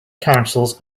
councils